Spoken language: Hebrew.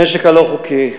הנשק הלא-חוקי,